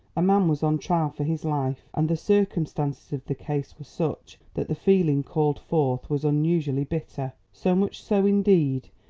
a man was on trial for his life and the circumstances of the case were such that the feeling called forth was unusually bitter so much so, indeed,